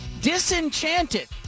disenchanted